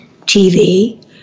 TV